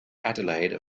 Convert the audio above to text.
adelaide